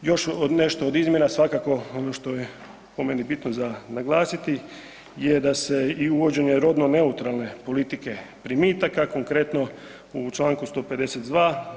Još nešto od izmjena svakako ono što je po meni bitno za naglasiti je da se i uvođenje rodno neutralne politike primitaka, konkretno u čl. 152.